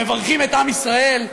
מברכים את עם ישראל?